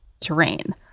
terrain